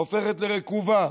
הופכת לרקובה,